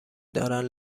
دارن